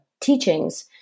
teachings